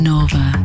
Nova